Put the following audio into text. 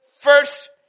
first